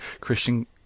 Christian